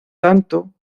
tanto